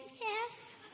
Yes